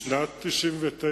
בשנת 1999